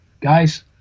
guys